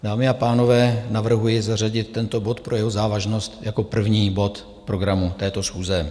Dámy a pánové, navrhuji zařadit tento bod pro jeho závažnost jako první bod programu této schůze.